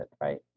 right